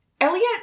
Elliot